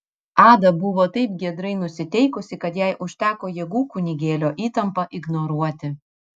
ada buvo taip giedrai nusiteikusi kad jai užteko jėgų kunigėlio įtampą ignoruoti